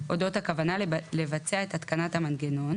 אודות הכוונה לבצע את התקנת המנגנון